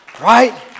Right